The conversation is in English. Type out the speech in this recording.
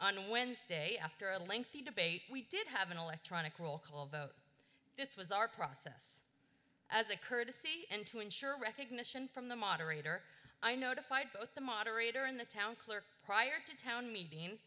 on wednesday after a lengthy debate we did have an electronic roll call vote this was our process as a courtesy and to ensure recognition from the moderator i notified both the moderator in the town clerk prior to town meeting